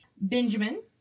Benjamin